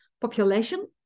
population